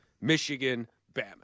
Michigan-Bama